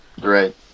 right